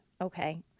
Okay